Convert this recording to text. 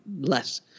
less